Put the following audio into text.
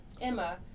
Emma